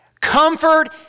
Comfort